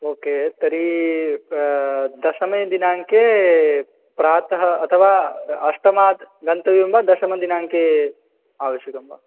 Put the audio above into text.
okay तर्हि दशमे दिनाङ्के प्रातः अथवा अष्टमात् गन्तव्यं वा दशमदिनाङ्के आवश्यकं वा